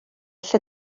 lle